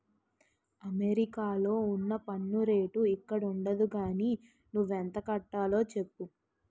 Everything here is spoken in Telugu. అమెరికాలో ఉన్న పన్ను రేటు ఇక్కడుండదు గానీ నువ్వెంత కట్టాలో చెప్పు